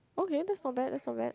okay that's not bad that's not bad